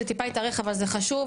זה טיפה התארך אבל זה חשוב,